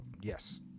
Yes